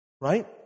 Right